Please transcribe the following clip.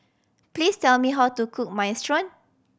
please tell me how to cook Minestrone